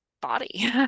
body